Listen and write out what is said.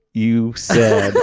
you said.